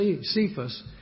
Cephas